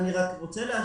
אני רק רוצה להשלים.